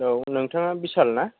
औ नोंथाङा बिसाल ना